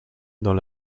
dans